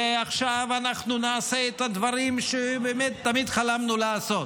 ועכשיו אנחנו נעשה את הדברים שבאמת תמיד חלמנו לעשות.